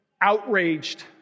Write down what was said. outraged